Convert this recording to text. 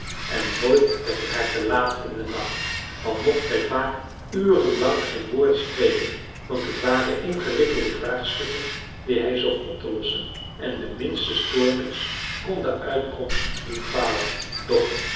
en nooit werd het haar te laat in den nacht al mocht zij vaak uren lang geen woord spreken want het waren ingewikkelde vraagstukken die hij zocht op te lossen en de minste stoornis kon de uitkomst doen falen doch